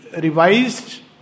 revised